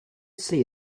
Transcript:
see